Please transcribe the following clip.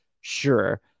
Sure